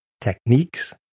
techniques